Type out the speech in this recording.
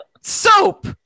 soap